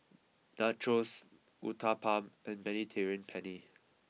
Nachos Uthapam and Mediterranean Penne